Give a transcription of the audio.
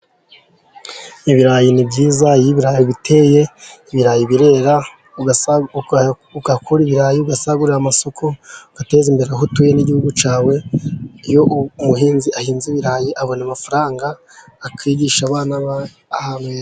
Ibirayi ni byiza, iyo ibirayi ubiteye ibirayi birera ugakura ibirayi ugasagurira amasoko, ugateza imbere aho utuye n'igihugu cyawe, iyo umuhinzi ahinze ibirayi abona amafaranga akigisha abana be, ahantu he......